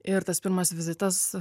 ir tas pirmas vizitas